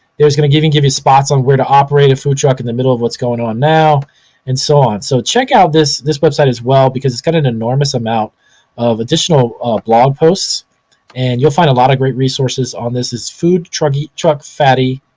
there's gonna even give you spots on where to operate a food truck in the middle of what's going on now and so on. so check out this this website as well because it's got an enormous amount of additional blog posts and you'll find a lot of great resources on this, it's food trucky truck fatty,